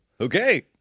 Okay